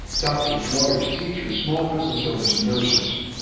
doctors, lawyers, teachers, small business owners and nurses.